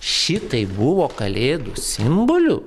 šitai buvo kalėdų simboliu